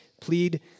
plead